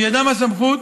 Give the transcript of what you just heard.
בידם הסמכות